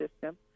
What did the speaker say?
system